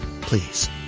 Please